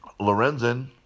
Lorenzen